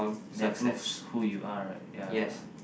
that proves who you are right ya